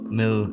med